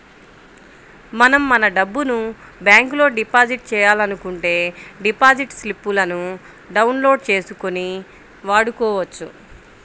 మనం మన డబ్బును బ్యాంకులో డిపాజిట్ చేయాలనుకుంటే డిపాజిట్ స్లిపులను డౌన్ లోడ్ చేసుకొని వాడుకోవచ్చు